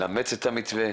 לאמץ את המתווה.